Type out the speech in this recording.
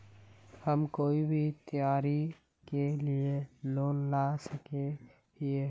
हम कोई भी त्योहारी के लिए लोन ला सके हिये?